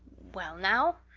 well now,